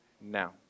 now